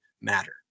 matter